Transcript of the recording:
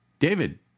David